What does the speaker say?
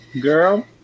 Girl